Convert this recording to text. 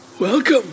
Welcome